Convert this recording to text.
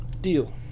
Deal